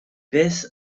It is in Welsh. beth